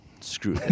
screw